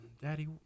Daddy